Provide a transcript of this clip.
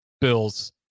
Bills